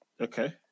Okay